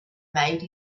made